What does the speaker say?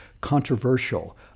controversial